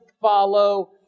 follow